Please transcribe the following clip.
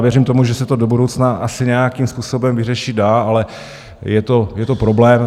Věřím tomu, že se to do budoucna asi nějakým způsobem vyřešit dá, ale je to problém.